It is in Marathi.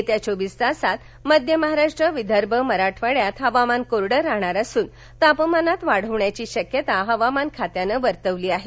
येत्या चोवीस तासात मध्य महाराष्ट्र विदर्भ मराठवाड्यात हवामान कोरडे राहणार असून तापमानात बाढ होण्याची शक्यता हबामान खात्यानं वर्तवली आहे